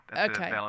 Okay